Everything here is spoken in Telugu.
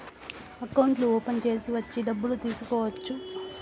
అకౌంట్లు ఓపెన్ చేసి వచ్చి డబ్బులు తీసుకోవచ్చు